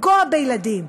לפגוע בילדים,